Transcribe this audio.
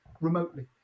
remotely